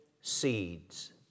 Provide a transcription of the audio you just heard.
seeds